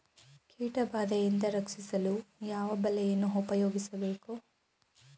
ಕೀಟಬಾದೆಯಿಂದ ರಕ್ಷಿಸಲು ಯಾವ ಬಲೆಯನ್ನು ಉಪಯೋಗಿಸಬೇಕು?